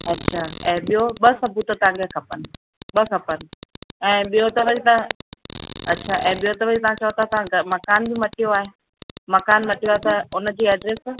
अच्छा ऐं ॿियो ॿ सबूत तव्हांखे खपनि ॿ खपनि ऐं ॿियो त वरी तव्हां अच्छा एड्रस बि तव्हां चओ था असां मकान बि मटियो आहे मकान मटियो आहे त उन जी एड्रस